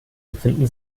befinden